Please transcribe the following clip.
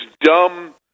dumb